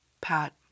Pat